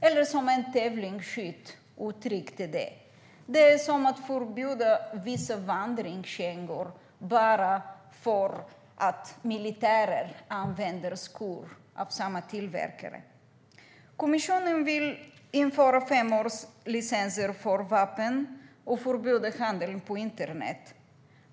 Eller som en tävlingsskytt uttryckte det: Det är som att förbjuda vissa vandringskängor bara för att militärer använder skor från samma tillverkare. Kommissionen vill införa femårslicenser för vapen och förbjuda handel på internet.